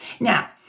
Now